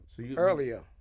Earlier